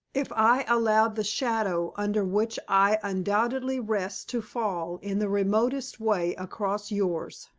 if i allowed the shadow under which i undoubtedly rest to fall in the remotest way across yours.